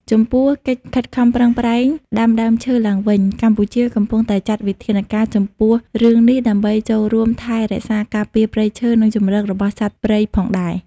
ចំពោះកិច្ចខិតខំប្រឹងប្រែងដាំដើមឈើឡើងវិញ កម្ពុជាកំពុងតែចាត់វិធានការចំពោះរឿងនេះដើម្បីចូលរួមថែរក្សាការពារព្រៃឈើនិងជម្រករបស់សត្វព្រៃផងដែរ។